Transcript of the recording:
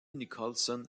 nicholson